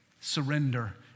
Surrender